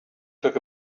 took